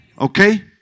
Okay